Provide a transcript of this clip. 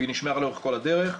והיא נשמרה לאורך כל הדרך.